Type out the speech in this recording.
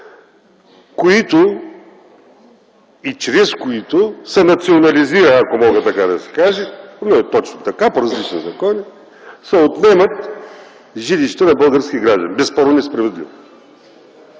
които и чрез които се национализират, ако мога така да кажа, то е точно така, с редица закони се отнемат жилища на български граждани, безспорна несправедливост.